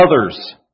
others